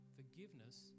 forgiveness